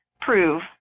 prove